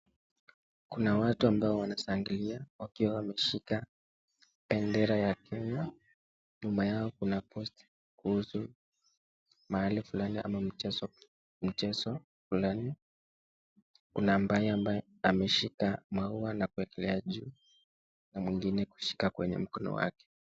Kuna watu ambao wanashangilia, wakiwa wameshika bendera ya Kenya. Nyuma yao kuna posta kuhusu mahali fulani ama mchezo fulani. Kuna ambaye ameshika maua na kuwekelea juu na mwingine kushika kwenye mkono wake.